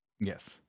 Yes